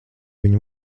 viņu